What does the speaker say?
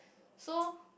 so